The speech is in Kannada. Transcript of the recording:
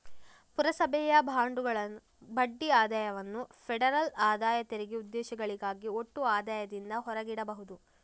ಪುರಸಭೆಯ ಬಾಂಡುಗಳ ಬಡ್ಡಿ ಆದಾಯವನ್ನು ಫೆಡರಲ್ ಆದಾಯ ತೆರಿಗೆ ಉದ್ದೇಶಗಳಿಗಾಗಿ ಒಟ್ಟು ಆದಾಯದಿಂದ ಹೊರಗಿಡಬಹುದು